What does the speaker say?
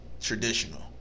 traditional